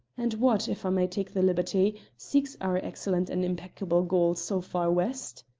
and what if i may take the liberty seeks our excellent and impeccable gaul so far west?